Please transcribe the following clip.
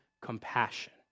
compassion